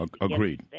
Agreed